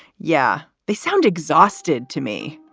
yeah, they sound exhausted to me.